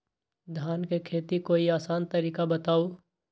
धान के खेती के कोई आसान तरिका बताउ?